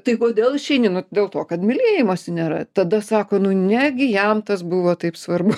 tai kodėl išeini nu dėl to kad mylėjimosi nėra tada sako nu negi jam tas buvo taip svarbu